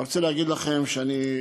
אני רוצה להגיד לכם שאני,